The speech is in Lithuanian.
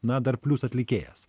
na dar plius atlikėjas